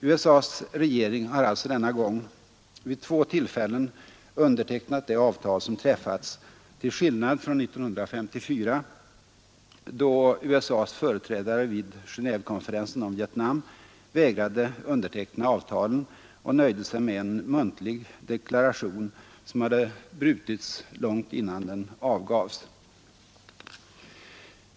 USA:s regering har alltså denna gång vid två tillfällen undertecknat det avtal som träffats — till skillnad från 1954 då USA:s företrädare vid Genévekonferensen om Vietnam vägrade underteckna avtalen och nöjde sig med en muntlig deklaration som hade brutits långt innan den avgavs.